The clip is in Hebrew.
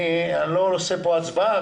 אני לא עושה פה הצבעה,